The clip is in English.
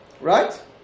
Right